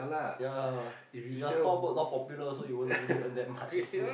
ya lah your store board not popular also you won't really earn that much also